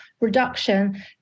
reduction